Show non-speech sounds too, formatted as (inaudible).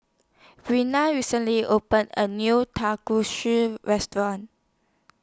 Breana recently opened A New (unintelligible) Restaurant